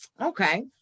Okay